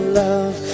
love